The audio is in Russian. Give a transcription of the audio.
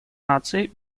наций